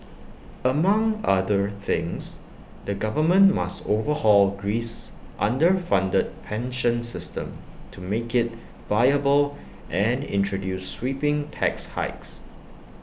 among other things the government must overhaul Greece's underfunded pension system to make IT viable and introduce sweeping tax hikes